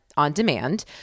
on-demand